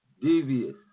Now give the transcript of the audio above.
devious